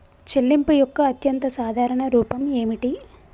చెల్లింపు యొక్క అత్యంత సాధారణ రూపం ఏమిటి?